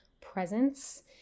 presence